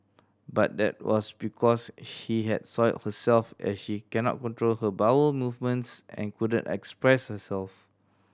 but that was because she had soiled herself as she cannot control her bowel movements and couldn't express herself